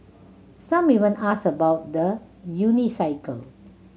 some even ask about the unicycle